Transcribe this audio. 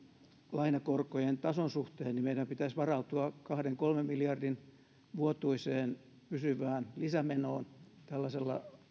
lainakorkojen tason suhteen niin meidän pitäisi varautua kahden viiva kolmen miljardin vuotuiseen pysyvään lisämenoon tällaisella